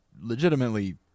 legitimately